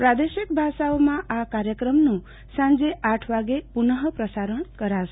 પ્રાદેશિક ભાષાઓમાં આ કાર્યક્રમનું સાંજે આઠ વાગ્યે પુન પ્રસારણ કરાશે